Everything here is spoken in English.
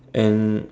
and